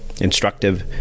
Instructive